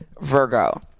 Virgo